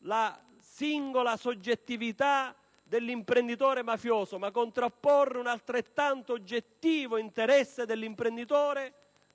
la singola soggettività dell'imprenditore mafioso, ma un altrettanto oggettivo interesse dell'imprenditore